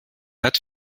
hat